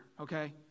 okay